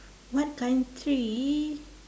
what country